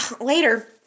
Later